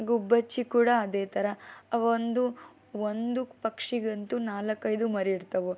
ಗುಬ್ಬಚ್ಚಿ ಕೂಡ ಅದೇ ಥರ ಅವೊಂದು ಒಂದು ಪಕ್ಷಿಗಂತು ನಾಲ್ಕೈದು ಮರಿ ಇರ್ತವೆ